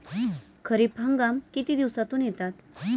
खरीप हंगाम किती दिवसातून येतात?